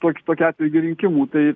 tok tokiu atveju iki rinkimų tai